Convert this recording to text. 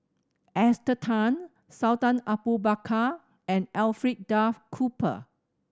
Esther Tan Sultan Abu Bakar and Alfred Duff Cooper